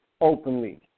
openly